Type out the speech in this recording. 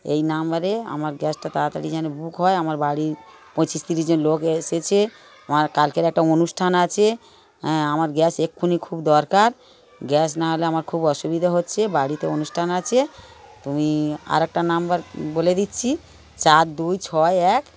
এই নাম্বারে আমার গ্যাসটা তাড়াতাড়ি যেন বুক হয় আমার বাড়ি পঁচিশ তিরিশজন লোক এসেছে আমার কালকের একটা অনুষ্ঠান আছে হ্যাঁ আমার গ্যাস এক্ষুনি খুব দরকার গ্যাস না হলে আমার খুব অসুবিধা হচ্ছে বাড়িতে অনুষ্ঠান আছে তুমি আরেকটা নাম্বার বলে দিচ্ছি চার দুই ছয় এক